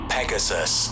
Pegasus